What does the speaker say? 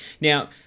Now